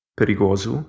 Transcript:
perigoso